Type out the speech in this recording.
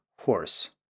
horse